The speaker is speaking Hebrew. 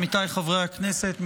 עמיתיי חברי הכנסת,